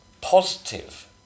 positive